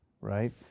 right